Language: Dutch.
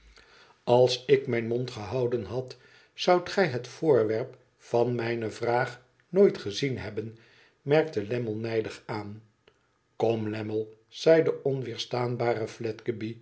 als ik mijn mond gehouden had zoudt gij het voorwerp van mijne vraag nooit gezien hebben merkte lammie nijdig aan kom lammie zei de onweerstaanbare